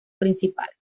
principal